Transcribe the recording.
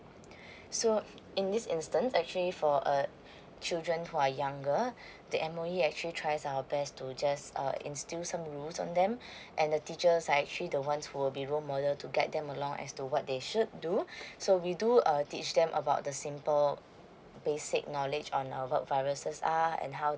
so uh in this instance actually for uh children who are younger the M_O_E actually tries our best to just uh instill some rules on them and the teachers are actually the ones who will be role model to guide them along as to what they should do so we do err teach them about the simple basic knowledge on what viruses are and how